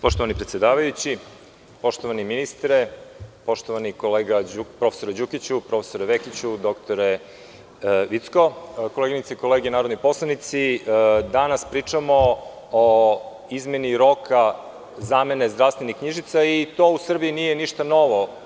Poštovani predsedavajući, poštovani ministre, poštovani kolega profesore Đukiću, profesore Vekiću, dr Vicko, koleginice i kolege narodni poslanici, danas pričamo i izmeni roka zamene zdravstvenih knjižica i to u Srbiji nije ništa novo.